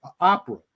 opera